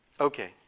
Okay